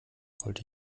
wollte